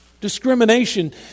Discrimination